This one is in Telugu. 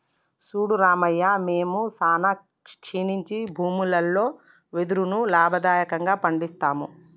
సూడు రామయ్య మేము సానా క్షీణించి భూములలో వెదురును లాభకరంగా పండిస్తాము